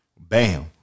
bam